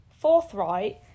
Forthright